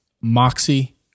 moxie